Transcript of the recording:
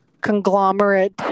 conglomerate